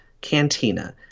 cantina